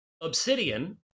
Obsidian